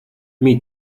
meet